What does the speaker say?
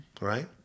right